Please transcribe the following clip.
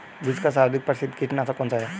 विश्व का सर्वाधिक प्रसिद्ध कीटनाशक कौन सा है?